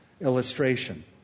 illustration